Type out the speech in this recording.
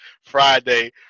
Friday